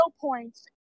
points